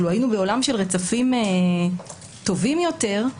לו היינו בעולם של רצפים טובים יותר,